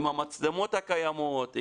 עם המצלמות הקיימות,